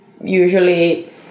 usually